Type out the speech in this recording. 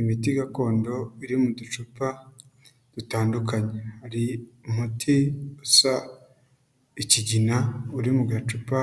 Imiti gakondo iri mu ducupa dutandukanye hari umuti usa ikigina uri mu gacupa